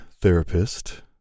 therapist